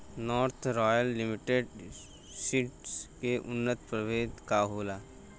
North Royal Limited Seeds के उन्नत प्रभेद का होला?